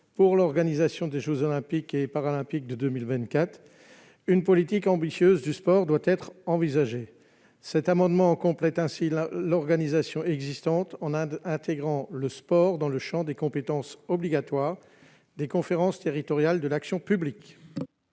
pour l'organisation des jeux Olympiques et Paralympiques de 2024, une politique ambitieuse du sport doit être envisagée. Cet amendement vise à compléter l'organisation existante, en intégrant le sport dans le champ des compétences obligatoires des conférences territoriales de l'action publique